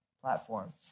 platform